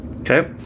Okay